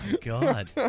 God